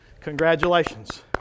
Congratulations